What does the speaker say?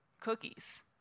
cookies